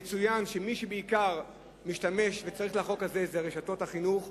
יצוין שמי שבעיקר משתמש וצריך את החוק הזה זה רשתות החינוך,